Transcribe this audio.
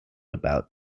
about